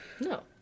No